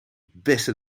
beste